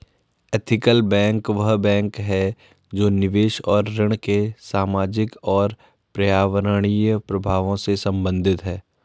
ethical bank वह bank है जो निवेश और ऋण के सामाजिक और पर्यावरणीय प्रभावों से संबंधित है